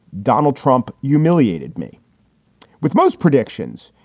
donald trump humiliated me with most predictions.